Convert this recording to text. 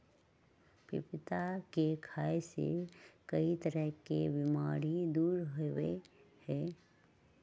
पपीता के खाय से कई तरह के बीमारी दूर होबा हई